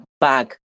back